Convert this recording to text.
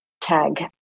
tag